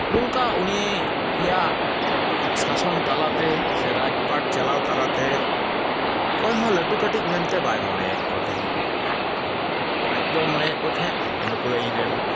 ᱱᱚᱝᱠᱟ ᱩᱱᱤᱭᱟᱜ ᱥᱟᱥᱚᱱ ᱛᱟᱞᱟᱛᱮ ᱥᱮ ᱨᱟᱡᱽᱯᱟᱴᱷ ᱪᱟᱞᱟᱣ ᱛᱟᱞᱟᱛᱮ ᱚᱠᱚᱭ ᱦᱚᱸ ᱞᱟᱹᱴᱩ ᱠᱟᱹᱴᱤᱡ ᱢᱮᱱᱛᱮ ᱵᱟᱭ ᱢᱚᱱᱮᱭᱮᱫ ᱠᱚ ᱛᱟᱦᱮᱜ ᱟᱡᱫᱚᱭ ᱢᱚᱱᱮᱭᱮᱜ ᱠᱚ ᱛᱟᱦᱮᱜ ᱱᱩᱠᱩ ᱫᱚ ᱤᱧᱨᱮᱱ